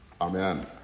Amen